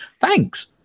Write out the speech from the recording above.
thanks